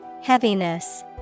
Heaviness